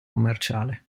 commerciale